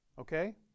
Okay